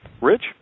Rich